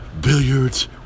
billiards